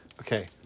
Okay